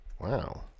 Wow